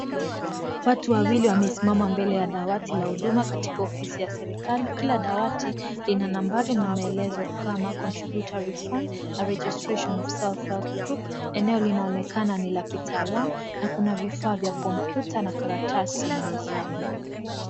Watu wawili wamesimama mbele ya dawati ya huduma katika ofisi ya serikali kila dawati ina nambari na maelezo kama contributory fund a registrational group eneo linaonekana ni la kitaalam na kuna vifaa vya kikompyuta na karatasi mezani.